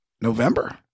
November